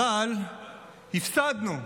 אבל הפסדנו,